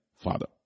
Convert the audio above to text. father